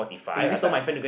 okay next time